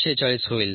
46 होईल